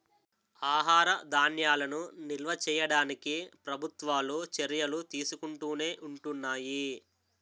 ఆహార ధాన్యాలను నిల్వ చేయడానికి ప్రభుత్వాలు చర్యలు తీసుకుంటునే ఉంటున్నాయి